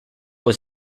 was